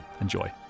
Enjoy